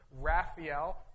Raphael